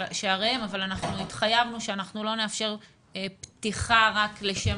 אבל אנחנו התחייבנו שאנחנו לא נאפשר פתיחה רק לשם